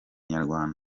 nyarwanda